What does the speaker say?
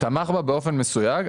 תמך בזה באופן מסויג,